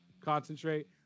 concentrate